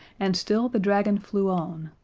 and still the dragon flew on.